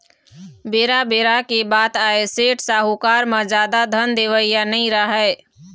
बेरा बेरा के बात आय सेठ, साहूकार म जादा धन देवइया नइ राहय